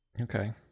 Okay